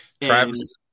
Travis